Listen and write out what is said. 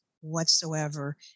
whatsoever